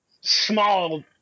small –